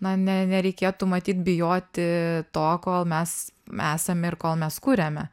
na ne nereikėtų matyt bijoti to kol mes esame ir kol mes kuriame